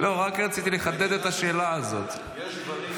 בן אדם